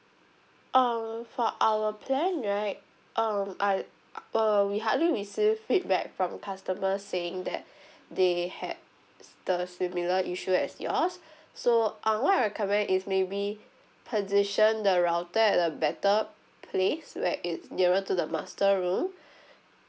um for our plan right um I um we hardly receive feedback from customers saying that they had the similar issue as yours so uh what I recommend is maybe position the router at a better place where it's nearer to the master room